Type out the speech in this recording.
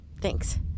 Thanks